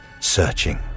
searching